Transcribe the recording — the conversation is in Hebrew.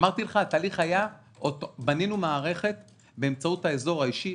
אמרתי לך שהתהליך היה כזה שבנינו מערכת באמצעות האזור האישי.